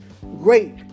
great